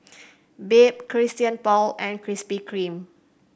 Bebe Christian Paul and Krispy Kreme